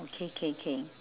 okay okay okay